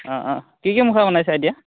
অঁ অঁ কি কি মুখা বনাইছা এতিয়া